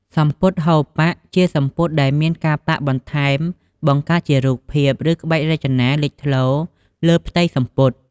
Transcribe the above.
សំពត់ហូលប៉ាក់ ជាសំពត់ដែលមានការប៉ាក់បន្ថែមបង្កើតជារូបភាព ឬក្បាច់រចនាលេចធ្លោលើផ្ទៃសំពត់។